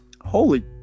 Holy